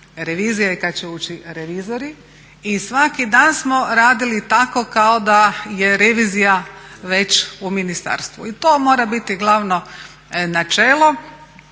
revizija i kad će ući revizori. I svaki dan smo radili tako kao da je revizija već u ministarstvu i to mora biti glavno načelo